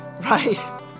right